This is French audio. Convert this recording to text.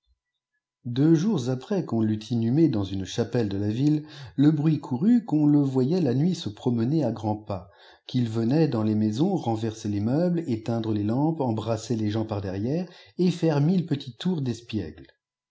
deux jours après qu'on l'eut inhumé dans une chapelle de la yile le bruit courut qu'on le voyait la nuîl se promener à grands s qu'il venait dans es maisons renverser les meubles éteindre içs lampes embrusser les gens par derrière et faire mille petits toprs d